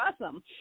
awesome